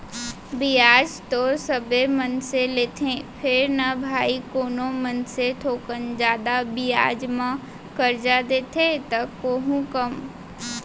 बियाज तो सबे मनसे लेथें फेर न भाई कोनो मनसे थोकन जादा बियाज म करजा देथे त कोहूँ कम